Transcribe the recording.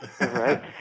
right